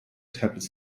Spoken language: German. tablets